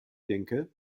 denke